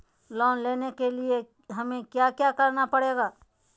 Loan लेने के लिए हमें क्या क्या करना पड़ेगा?